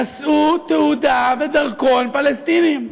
נשאו תעודה ודרכון פלסטיניים.